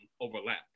overlap